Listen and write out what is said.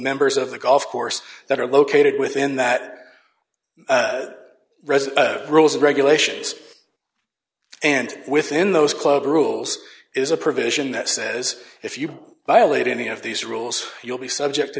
members of the golf course that are located within that resit rules regulations and within those club rules is a provision that says if you violate any of these rules you'll be subject to